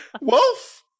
Wolf